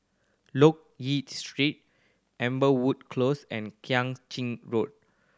Loke Yew Street Amberwood Close and Kang Ching Road